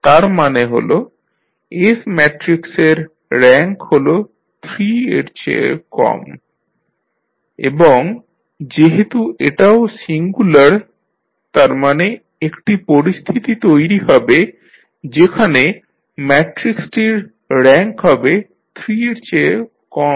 তার মানে হল S ম্যাট্রিক্সের র্যাঙ্ক হল 3 এর চেয়ে কম এবং যেহেতু এটাও সিঙ্গুলার তার মানে একটি পরিস্থিতি তৈরি হবে যেখানে ম্যাট্রিক্সটির র্যাঙ্ক হবে 3 এর চেয়ে কম